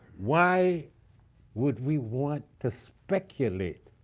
why would we want to speculate